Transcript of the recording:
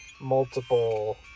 multiple